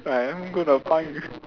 where I am going to find you